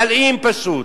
להלאים פשוט.